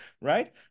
right